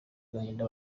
agahinda